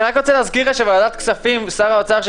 אני רק רוצה להזכיר ששר האוצר ו-וועדת הכספים באה לדלג